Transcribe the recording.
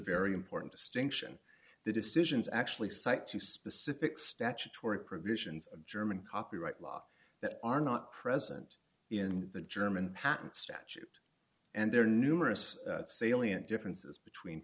very important distinction the decisions actually cite two specific statutory provisions of german copyright law that are not present in the german patent statute and there are numerous salient differences between